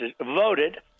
voted